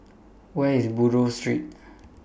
Where IS Buroh Street